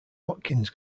watkins